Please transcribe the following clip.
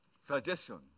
suggestion